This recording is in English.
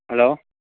hello